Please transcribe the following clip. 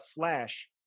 flash